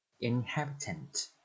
Inhabitant